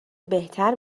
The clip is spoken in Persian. بهتر